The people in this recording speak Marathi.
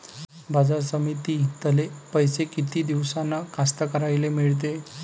बाजार समितीतले पैशे किती दिवसानं कास्तकाराइले मिळते?